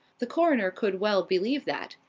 the coroner could well believe that.